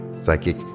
psychic